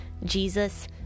Jesus